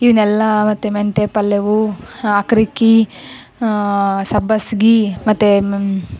ಇವುನೆಲ್ಲಾ ಮತ್ತು ಮೆಂತೆ ಪಲ್ಯ ಆಕ್ರಿಕಿ ಸಬ್ಬಸ್ಗೆ ಮತ್ತೆ